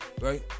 Right